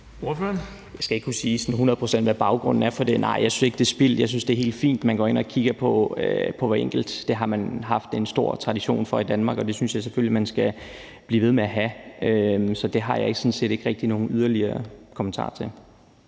Jeg skal ikke kunne sige sådan hundrede procent, hvad baggrunden er for det. Nej, jeg synes ikke, det er spild. Jeg synes, det er helt fint, at man går ind og kigger på hver enkelt. Det har man haft en stor tradition for i Danmark, og det synes jeg selvfølgelig man skal blive ved med at have. Så det har jeg sådan set ikke rigtig nogen yderligere kommentarer til.